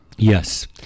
Yes